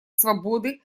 свободы